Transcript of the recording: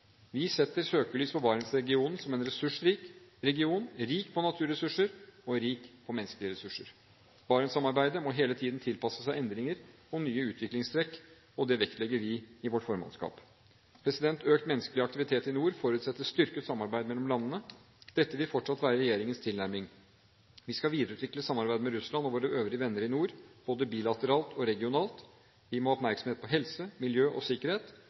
Vi setter søkelys på Barentsregionen som en ressursrik region, rik på naturressurser og rik på menneskelige ressurser. Barentssamarbeidet må hele tiden tilpasse seg endringer og nye utviklingstrekk, og det vektlegger vi i vårt formannskap. Økt menneskelig aktivitet i nord forutsetter styrket samarbeid mellom landene. Dette vil fortsatt være regjeringens tilnærming. Vi skal videreutvikle samarbeidet med Russland og våre øvrige venner i nord, både bilateralt og regionalt. Vi må ha oppmerksomhet på helse, miljø og sikkerhet.